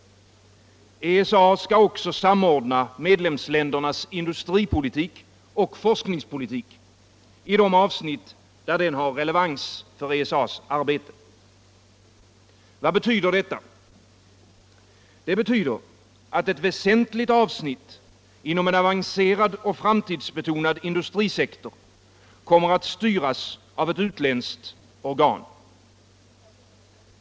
ESA skall också samordna medlemsländernas industripolitik och forskningspolitik i de avsnitt där den har relevans för ESA:s arbete. Vad betyder detta? Det betyder att ett väsentligt avsnitt inom en avancerad och framtidsbetonad industrisektor kommer att styras av ett utländskt organ.